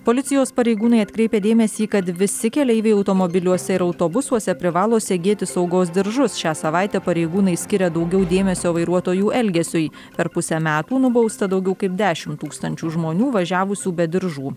policijos pareigūnai atkreipia dėmesį kad visi keleiviai automobiliuose ir autobusuose privalo segėti saugos diržus šią savaitę pareigūnai skiria daugiau dėmesio vairuotojų elgesiui per pusę metų nubausta daugiau kaip dešim tūkstančių žmonių važiavusių be diržų